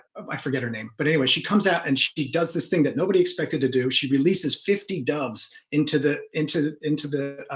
um i forget her name but anyway she comes out and she does this thing that nobody expected to do she releases fifty doves into the into into the